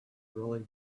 really